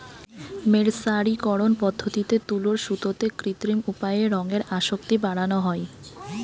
মের্সারিকরন পদ্ধতিতে তুলোর সুতোতে কৃত্রিম উপায়ে রঙের আসক্তি বাড়ানা হয়